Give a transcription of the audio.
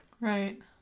Right